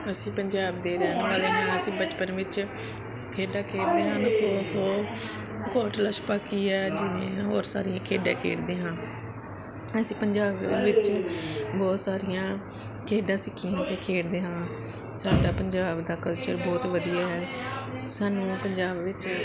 ਅਸੀਂ ਪੰਜਾਬ ਦੇ ਰਹਿਣ ਵਾਲੇ ਹਾਂ ਅਸੀਂ ਬਚਪਨ ਵਿੱਚ ਖੇਡਾਂ ਖੇਡਦੇ ਹਨ ਖੋ ਖੋ ਕੋਟਲਾ ਛਪਾਕੀ ਹੈ ਜਿਵੇਂ ਹੋਰ ਸਾਰੀਆਂ ਖੇਡਾਂ ਖੇਡਦੇ ਹਾਂ ਅਸੀਂ ਪੰਜਾਬ ਵਿੱਚ ਬਹੁਤ ਸਾਰੀਆਂ ਖੇਡਾਂ ਸਿੱਖੀਆਂ ਅਤੇ ਖੇਡਦੇ ਹਾਂ ਸਾਡਾ ਪੰਜਾਬ ਦਾ ਕਲਚਰ ਬਹੁਤ ਵਧੀਆ ਹੈ ਸਾਨੂੰ ਉਹ ਪੰਜਾਬ ਵਿੱਚ